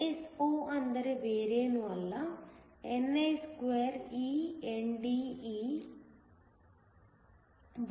ISO ಅಂದರೆ ಬೇರೇನೂ ಅಲ್ಲ ni2eNDeNAWB